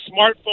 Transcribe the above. smartphone